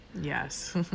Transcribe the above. yes